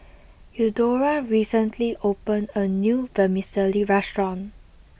Eudora recently opened a new Vermicelli restaurant